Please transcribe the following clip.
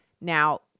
Now